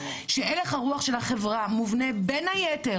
כשאין לך רוח של החברה מובנה בין היתר,